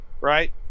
right